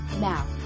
Now